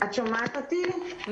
כבוד יושבת-הראש, עאידה סולימאן, את